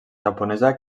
japonesa